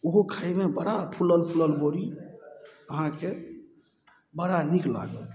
ओहो खाइमे बड़ा फुलल फुलल बड़ी अहाँके बड़ा नीक लागत